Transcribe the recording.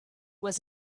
was